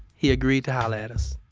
he agreed to holler at us